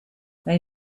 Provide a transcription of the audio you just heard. they